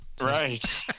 Right